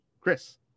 Chris